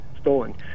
stolen